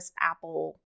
apple